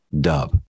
dub